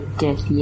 death